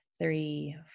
three